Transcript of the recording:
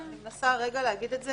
אני מנסה להגיד את זה